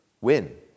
win